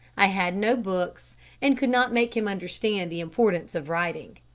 i had no books and could not make him understand the importance of writing.